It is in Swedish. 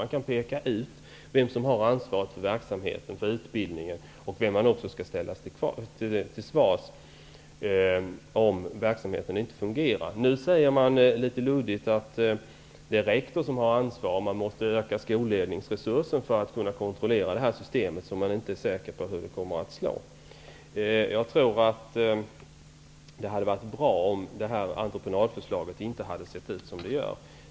Man kan peka ut vem som har ansvaret för verksamheten, för utbildningen, och vem som också skall ställas till svars om verksamheten inte fungerar. Nu säger man litet luddigt att det är rektorn som har ansvaret och att man måste öka skolledningsresursen för att kunna kontrollera det här systemet -- man är inte säker på hur det kommer att slå. Jag tror att det hade varit bra om entreprenadförslaget inte hade sett ut som det gör.